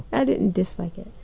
i didn't dislike it.